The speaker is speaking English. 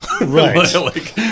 Right